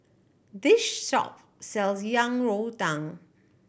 this shop sells Yang Rou Tang